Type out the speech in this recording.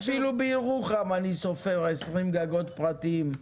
אפילו בירוחם אני סופר 20 גגות פרטיים,